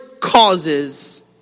causes